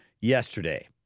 yesterday